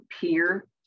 peer